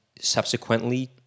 subsequently